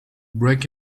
break